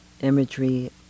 imagery